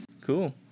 Cool